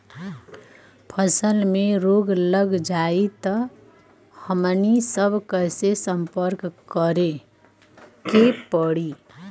फसल में रोग लग जाई त हमनी सब कैसे संपर्क करें के पड़ी?